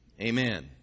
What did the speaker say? Amen